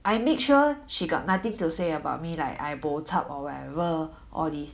I make sure she got nothing to say about me like I bochup or whatever all these